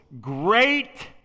great